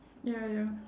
ya ya